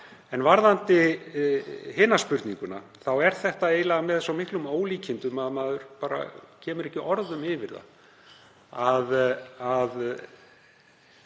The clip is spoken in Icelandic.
Varðandi hina spurninguna er það eiginlega með svo miklum ólíkindum að maður bara kemur ekki orðum yfir það.